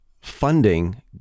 funding